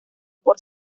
por